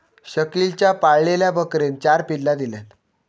शकिलच्या पाळलेल्या बकरेन चार पिल्ला दिल्यान